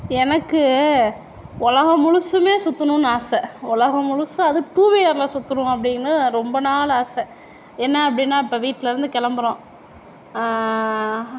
எனக்கு உலகம் முழுதுமே சுற்றணும்ன்னு ஆசை உலகம் முழுதும் அதுவும் டூவீலரில் சுற்றணும்ன்னு அப்படின்னு ரொம்ப நாள் ஆசை என்ன அப்படின்னா இப்போ வீட்டிலருந்து கிளம்புறோம்